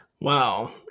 Wow